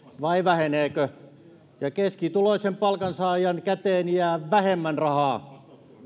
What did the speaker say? vai vähenevätkö keskituloisen palkansaajan käteen jää vähemmän rahaa